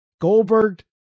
Goldberg